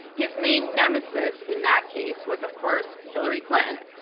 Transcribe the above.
his main nemesis in that case was of course, hillary clinton.